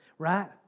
Right